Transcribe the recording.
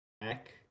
back